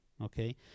Okay